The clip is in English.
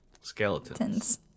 skeletons